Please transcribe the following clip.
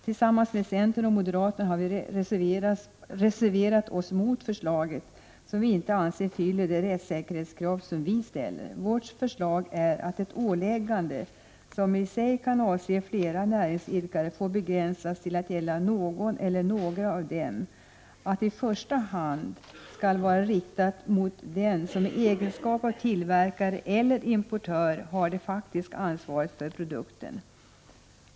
Tillsammans med centern och moderaterna har vi reserverat oss mot förslaget, som vi inte anser fylla de rättssäkerhetskrav som vi ställer. Vårt förslag är att ett åläggande som kan avse flera näringsidkare får begränsas till att gälla någon eller några av dem. I första hand bör åläggandet vara riktat mot den näringsidkare som i egenskap av tillverkare eller importör har det faktiska ansvaret för produkten.